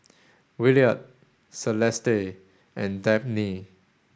Williard Celeste and Dabney